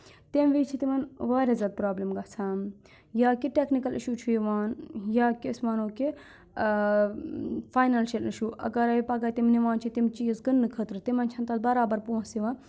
تَمہِ وِزِ چھِ تِمَن واریاہ زیادٕ پرابلِم گژھان یا کہِ ٹیٚکنِکَل اِشوٗ چھُ یِوان یا کہِ أسۍ وَنو کہِ فاینانشَل اِشوٗ اَگَرے پَگاہ تِم نِوان چھِ تِم چیٖز کٕننہٕ خٲطرٕ تِمَن چھَنہٕ تَتھ برابر پۄنٛسہٕ یِوان